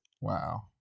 Wow